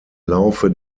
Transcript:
laufe